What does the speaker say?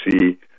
see